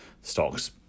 stocks